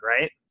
right